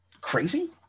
crazy